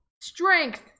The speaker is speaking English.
strength